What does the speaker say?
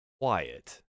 quiet